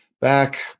back